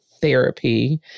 Therapy